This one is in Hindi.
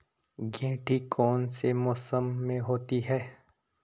गेंठी कौन से मौसम में होती है?